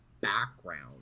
background